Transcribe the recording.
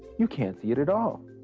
you can't see it at all.